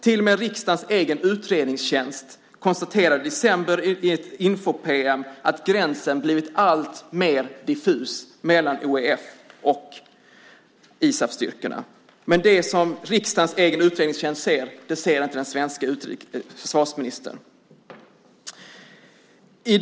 Till och med riksdagens egen utredningstjänst konstaterar i ett info-pm i december att gränsen mellan OEF och ISAF-styrkorna har blivit alltmer diffus. Men det som riksdagens egen utredningstjänst ser, ser inte den svenska försvarsministern.